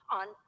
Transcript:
on